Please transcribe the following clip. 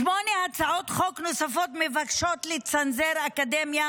שמונה הצעות חוק נוספות מבקשות לצנזר את האקדמיה